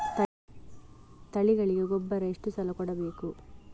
ತಳಿಗಳಿಗೆ ಗೊಬ್ಬರ ಎಷ್ಟು ಸಲ ಕೊಡಬೇಕು?